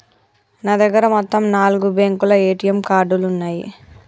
నా దగ్గర మొత్తం నాలుగు బ్యేంకుల ఏటీఎం కార్డులున్నయ్యి